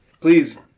Please